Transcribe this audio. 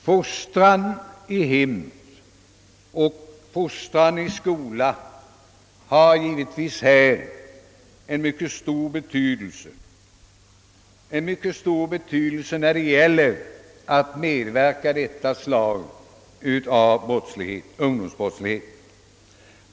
Fostran i hem och fostran i skola har givetvis en mycket stor betydelse när det gäller att påverka detta slag av brottslighet.